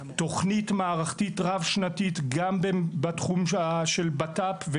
תוכנית מערכתית רב שנתית גם בתחום של בט"פ,